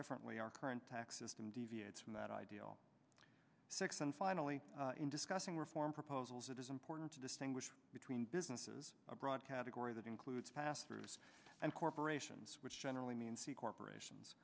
differently our current tax system deviates from that ideal six and finally in discussing reform proposals it is important to distinguish between businesses a broad category that includes pastors and corporations which generally means the corporations